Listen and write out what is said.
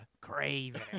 craving